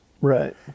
Right